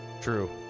True